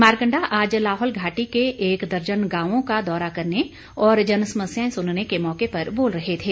मारकंडा आज लाहौल घाटी के एक दर्जन गांवों का दौरा करने और जनसमस्याएं सुनने के मौके पर बोल रहे थे